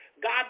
God